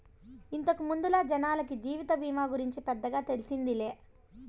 ఇంతకు ముందల జనాలకి జీవిత బీమా గూర్చి పెద్దగా తెల్సిందేలే